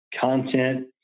content